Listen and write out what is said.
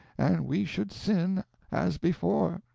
and we should sin as before.